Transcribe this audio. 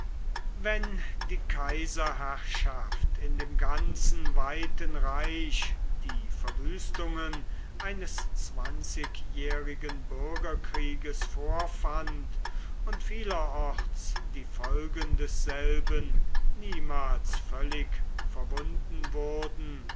wenn die kaiserherrschaft in dem ganzen weiten reich die verwüstungen eines zwanzigjährigen bürgerkrieges vorfand und vielerorts die folgen desselben niemals völlig verwunden wurden